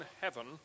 heaven